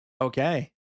Okay